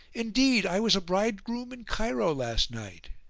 indeed i was a bridegroom in cairo last night.